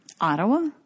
Ottawa